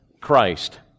Christ